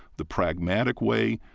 the pragmatic way,